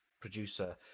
Producer